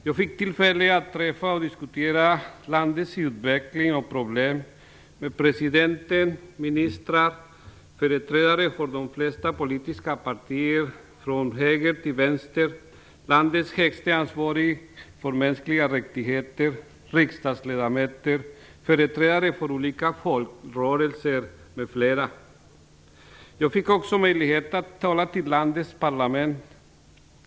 Jag fick tillfälle att diskutera landets utveckling och problem med presidenten, ministrar, företrädare för de flesta politiska partierna från höger till vänster, landets högste ansvarige för mänskliga rättigheter, riksdagsledamöter, företrädare för olika folkrörelser, m.fl. Jag fick också möjlighet att tala i landets parlament.